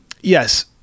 yes